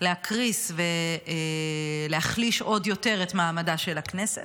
להקריס ולהחליש עוד יותר את מעמדה של הכנסת.